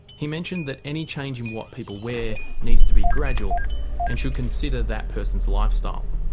he mentioned that any change in what people wear needs to be gradual and should consider that person's lifestyle.